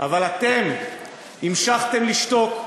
אבל אתם המשכתם לשתוק,